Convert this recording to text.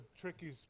tricky